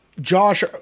Josh